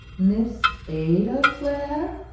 miss ada clare?